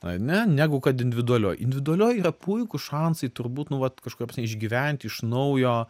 ane negu kad individualioj individualioj yra puikūs šansai turbūt nu vat kažkokia prasme išgyventi iš naujo